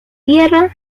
tierra